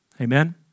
Amen